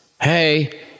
hey